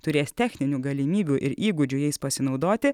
turės techninių galimybių ir įgūdžių jais pasinaudoti